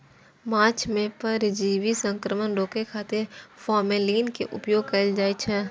माछ मे परजीवी संक्रमण रोकै खातिर फॉर्मेलिन के उपयोग कैल जाइ छै